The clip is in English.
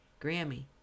grammy